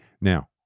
now